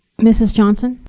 mrs. johnson.